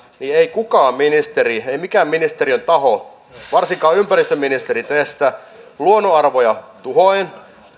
niin ei kukaan ministeri ei mikään ministeriön taho varsinkaan ympäristöministeri tee sitä luonnonarvoja tuhoten